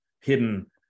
hidden